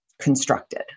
constructed